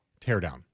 teardown